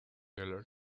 heller